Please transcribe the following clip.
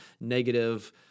negative